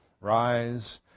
Rise